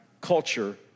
culture